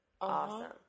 Awesome